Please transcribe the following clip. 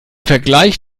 vergleich